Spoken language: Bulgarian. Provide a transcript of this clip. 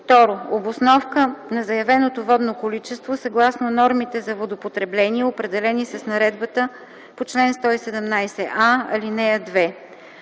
2. обосновка на заявеното водно количество съгласно нормите за водопотребление, определени с наредбата по чл. 117а, ал. 2;